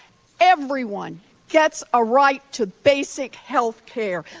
everyone gets a right to basic health care.